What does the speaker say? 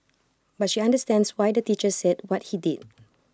but she understands why the teacher said what he did